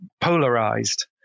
polarized